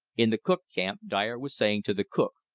in the cook camp dyer was saying to the cook,